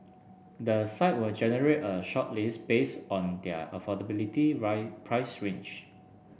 the site will generate a shortlist base on their affordability price range